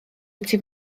iti